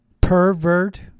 Pervert